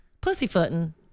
pussyfooting